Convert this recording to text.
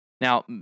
Now